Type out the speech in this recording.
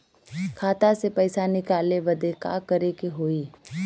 खाता से पैसा निकाले बदे का करे के होई?